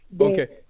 Okay